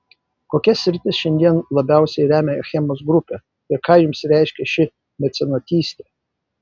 kokias sritis šiandien labiausiai remia achemos grupė ir ką jums reiškia ši mecenatystė